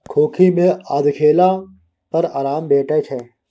खोंखी मे आदि खेला पर आराम भेटै छै